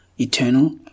eternal